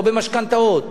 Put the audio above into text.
לא במשכנתאות,